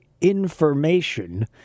information